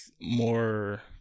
more